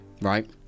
right